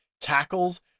tackles